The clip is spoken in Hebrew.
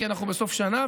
כי אנחנו בסוף שנה,